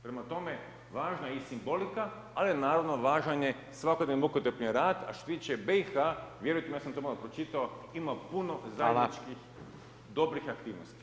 Prema tome, važna je i simbolika, ali naravno važan je svakodnevni mukotrpni rad, a što se tiče BIH, vjerujte mi ja sam to malo pročitao, ima puno zajedničkih dobrih aktivnosti.